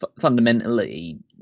fundamentally